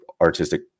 artistic